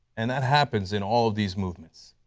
and that happens in all of these movies.